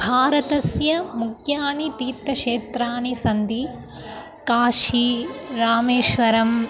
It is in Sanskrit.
भारतस्य मुख्यानि तीर्थक्षेत्राणि सन्ति काशी रामेश्वरम्